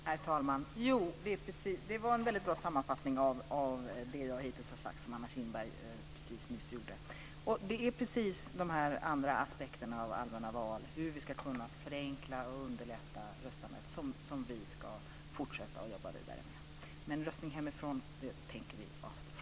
Herr talman! Det var en väldigt bra sammanfattning Anna Kinberg gjorde av vad jag hittills har sagt. Det är de andra aspekterna på allmänna val, hur vi ska kunna förenkla och underlätta röstandet, som vi ska jobba vidare med. Men något förslag om röstning hemifrån tänker vi inte lägga fram.